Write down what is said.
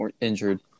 injured